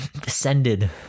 descended